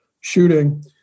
shooting